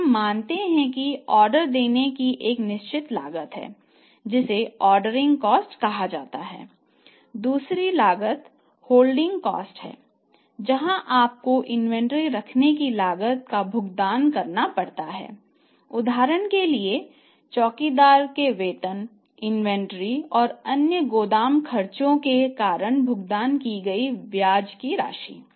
तो हम मानते हैं कि ऑर्डर देने की एक निश्चित लागत है जिसे ऑर्डरिंग कॉस्ट है जहां आपको इन्वेंट्री रखने की लागत का भुगतान करना पड़ता है उदाहरण के लिए चौकीदार के वेतन इन्वेंट्री और अन्य गोदाम खर्चों के कारण भुगतान की गई ब्याज की राशि